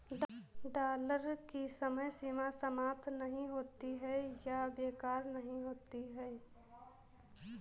dollar की समय सीमा समाप्त नहीं होती है या बेकार नहीं होती है